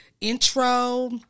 intro